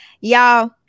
Y'all